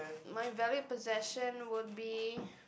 my valued possession would be